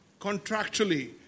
contractually